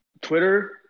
Twitter